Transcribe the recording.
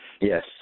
Yes